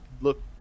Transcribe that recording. look